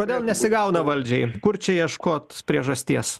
kodėl nesigauna valdžiai kur čia ieškot priežasties